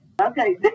Okay